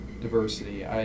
diversity